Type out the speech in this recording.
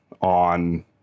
on